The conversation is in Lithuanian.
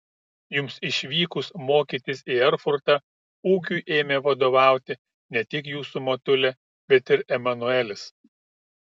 jums išvykus mokytis į erfurtą ūkiui ėmė vadovauti ne tik jūsų motulė bet ir emanuelis